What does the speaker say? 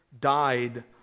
died